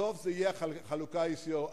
שבסוף זה יהיה החלוקה ההיסטורית,